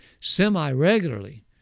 semi-regularly